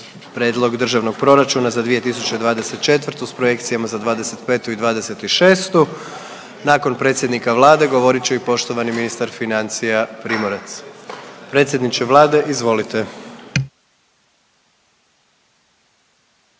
Prijedlog Državnog proračuna za 2024. sa projekcijama za 2025. i 2026. Nakon predsjednika Vlade govorit će i poštovani ministar financija Primorac. Predsjedniče Vlade, izvolite.